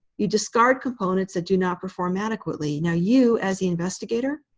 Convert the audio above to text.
you discard components that do not perform adequately. now, you as the investigator,